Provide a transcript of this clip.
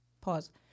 Pause